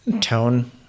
tone